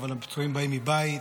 אבל הפצועים באים מבית,